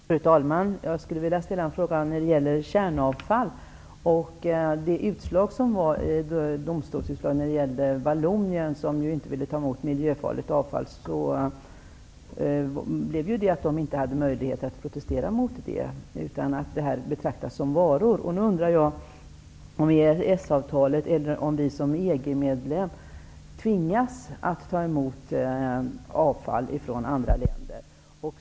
Fru talman! Jag vill ställa en fråga om kärnavfall. Av det domstolsutslag som gällde Vallonien, som ju inte ville ta emot miljöfarligt avfall, framgick att Vallonien inte hade möjlighet att protestera mot skyldigheten att ta emot kärnavfall, eftersom det betraktas som varor. Nu undrar jag om vi enligt EES-avtalet, eller som EG-medlem, tvingas ta emot avfall från andra länder.